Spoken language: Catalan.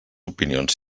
opinions